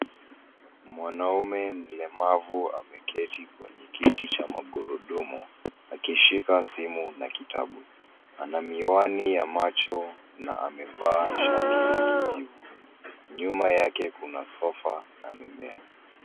Mwanaume mlemavu ameketi kwenye kiti cha magurudumu ,akishika simu na kitabu, ana miwani ya macho na amevaa shati la kijivu. Nyuma yake Kuna sofa na mimea.